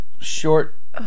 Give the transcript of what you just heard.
short